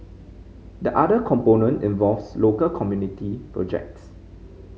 the other component involves local community projects